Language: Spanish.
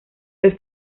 los